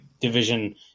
division